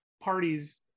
parties